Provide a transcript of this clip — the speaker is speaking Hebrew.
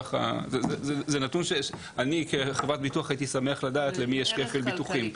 המבוטח זה נתון שאני כחברת ביטוח הייתי שמח לדעת למי יש כפל ביטוחים.